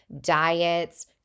diets